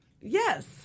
Yes